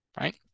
right